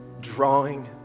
drawing